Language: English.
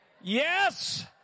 Yes